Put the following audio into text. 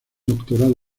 doctorado